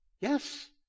Yes